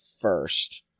first